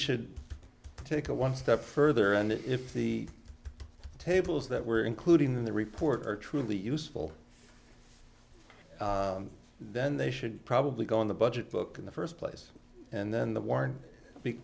should take it one step further and if the tables that we're including the report are truly useful then they should probably go in the budget book in the first place and then the warn big